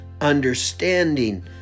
understanding